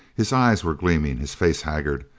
his eyes were gleaming, his face haggard,